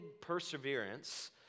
perseverance